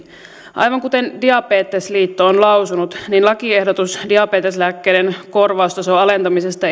aivan kuten diabetesliitto on lausunut lakiehdotus diabeteslääkkeiden korvaustason alentamisesta